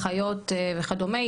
אחיות וכדומה,